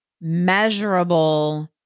measurable